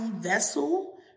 vessel